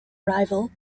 rival